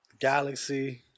Galaxy